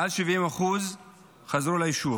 מעל 70% חזרו ליישוב.